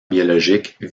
biologiques